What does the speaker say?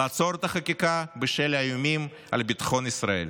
לעצור את החקיקה בשל האיומים על ביטחון ישראל.